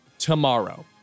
Tomorrow